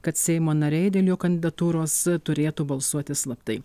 kad seimo nariai dėl jo kandidatūros turėtų balsuoti slaptai